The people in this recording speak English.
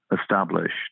established